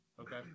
okay